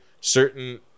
certain